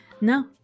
No